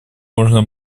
можно